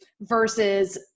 versus